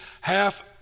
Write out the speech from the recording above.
half